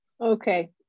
okay